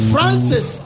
Francis